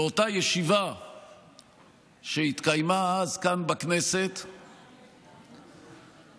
באותה ישיבה שהתקיימה כאן בכנסת אז,